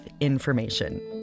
information